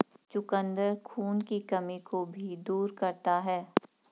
चुकंदर खून की कमी को भी दूर करता है